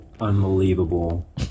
unbelievable